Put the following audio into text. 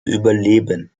überleben